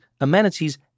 amenities